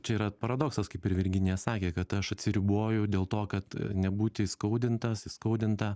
čia yra paradoksas kaip ir virginija sakė kad aš atsiriboju dėl to kad nebūti įskaudintas įskaudinta